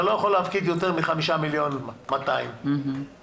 אתה לא יכול להפקיד יותר מ-5.2 מיליון במכה,